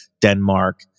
denmark